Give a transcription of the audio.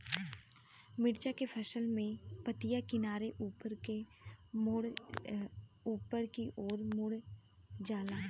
मिरचा के फसल में पतिया किनारे ऊपर के ओर मुड़ जाला?